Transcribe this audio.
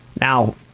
Now